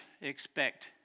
expect